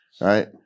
Right